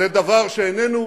זה לא סתירה.